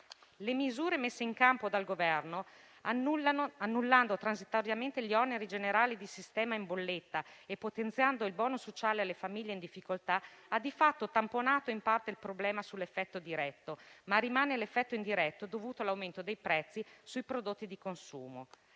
Le misure messe in campo dal Governo, annullando transitoriamente gli oneri generali di sistema in bolletta e potenziando il *bonus* sociale alle famiglie in difficoltà, hanno di fatto tamponato in parte il problema sull'effetto diretto; ma rimane l'effetto indiretto, dovuto all'aumento dei prezzi sui prodotti di consumo.